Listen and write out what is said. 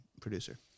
producer